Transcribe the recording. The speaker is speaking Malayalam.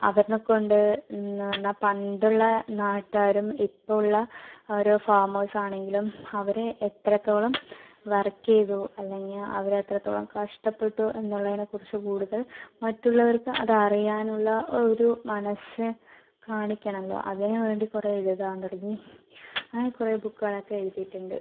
അവരെ കൊണ്ട് എന്ന് പറഞ്ഞാൽ പണ്ടുള്ള നാട്ടുകാരും ഇപ്പോൾ ഉള്ള ഒരു ഫാർമേഴ്സ് ആണെങ്കിലും അവര് എത്രത്തോളം വർക്ക് ചെയ്തു അല്ലെങ്കിൽ അവര് എത്രത്തോളം കഷ്ടപ്പെട്ടു എന്നുള്ളതിനെ കുറിച്ച് കൂടുതൽ മറ്റുള്ളവർക്ക് അത് അറിയാനുള്ള ഒരു മനസ്സ് കാണിക്കണമല്ലോ അതിനു വേണ്ടി കുറേ എഴുതാൻ തുടങ്ങി അങ്ങനെ കുറേ ബുക്കുകളൊക്കെ എഴുതീട്ടുണ്ട്